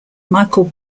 michael